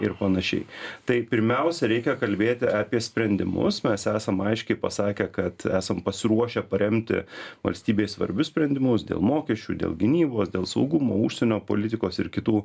ir panašiai tai pirmiausia reikia kalbėti apie sprendimus mes esam aiškiai pasakę kad esam pasiruošę paremti valstybei svarbius sprendimus dėl mokesčių dėl gynybos dėl saugumo užsienio politikos ir kitų